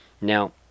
now